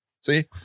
see